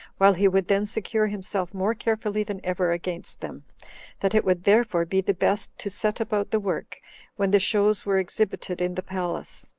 while he would then secure himself more carefully than ever against them that it would therefore be the best to set about the work when the shows were exhibited in the palace.